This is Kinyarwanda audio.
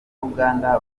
uganda